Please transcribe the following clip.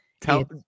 tell